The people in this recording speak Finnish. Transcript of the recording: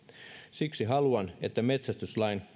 siksi haluan että metsästyslain